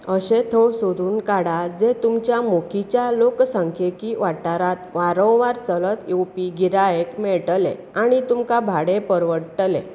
अशें थळ सोदून काडात जें तुमच्या मोखीच्या लोकसंख्यिकी वाठारांत वारंवार चलत येवपी गिरायक मेळटलें आनी तुमकां भाडें परवडटले